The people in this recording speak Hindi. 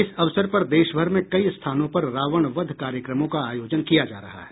इस अवसर पर देशभर में कई स्थानों पर रावण वध कार्यक्रमों का आयोजन किया जा रहा है